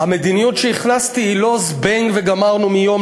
המדיניות שהכנסתי היא לא "זבנג וגמרנו",